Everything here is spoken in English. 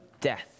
death